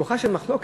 כוחה של מחלוקת,